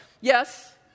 yes